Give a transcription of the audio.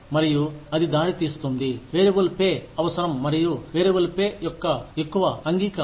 మరియు అది దారి తీస్తుంది వేరియబుల్ పే అవసరం మరియు వేరియబుల్ పే యొక్క ఎక్కువ అంగీకారం